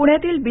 प्ण्यातील बी